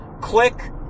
Click